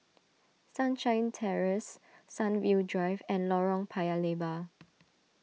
Sunshine Terrace Sunview Drive and Lorong Paya Lebar